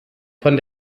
von